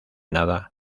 nada